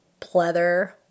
pleather